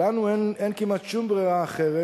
ולנו אין כמעט שום ברירה אחרת.